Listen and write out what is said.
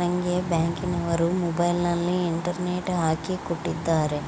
ನಂಗೆ ಬ್ಯಾಂಕಿನವರು ಮೊಬೈಲಿನಲ್ಲಿ ಇಂಟರ್ನೆಟ್ ಹಾಕಿ ಕೊಟ್ಟಿದ್ದಾರೆ